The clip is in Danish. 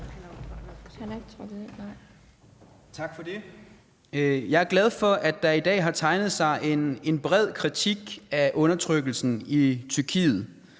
Tak for det. Jeg er glad for, at der i dag har tegnet sig en bred kritik af undertrykkelsen i Tyrkiet.